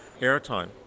airtime